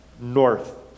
north